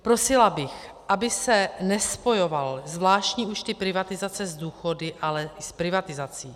Prosila bych, aby se nespojovaly zvláštní účty privatizace s důchody, ale s privatizací.